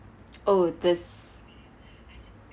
oh this